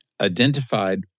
identified